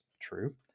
true